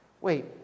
Wait